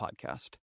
podcast